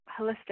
holistic